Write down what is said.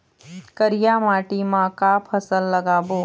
करिया माटी म का फसल लगाबो?